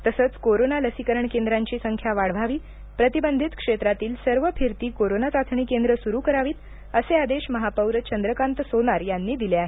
तसंच कोरोना लसीकरण केंद्रांची संख्या वाढवावी प्रतिबंधित क्षेत्रातली सर्व फिरती कोरोना चाचणी केंद्रं सुरु करावीत असे आदेश महापौर चंद्रकांत सोनार यांनी दिले आहेत